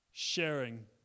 Sharing